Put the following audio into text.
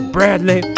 Bradley